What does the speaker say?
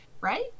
Right